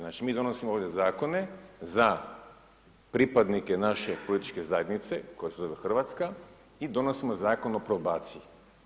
Znači, mi donosimo ovdje zakone za pripadnike naše političke zajednice koja se zove Hrvatska i donosimo Zakon o probaciji.